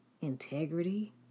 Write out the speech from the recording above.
integrity